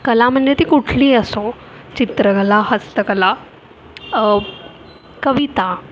कला म्हणजे ती कुठलीही असो चित्रकला हस्तकला कविता